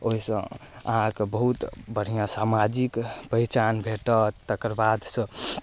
ओइसँ अहाँके बहुत बढ़िआँ सामाजिक पहिचान भेटत तकर बादसँ